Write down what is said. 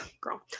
girl